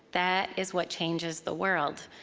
that is what changes the world.